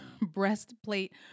breastplate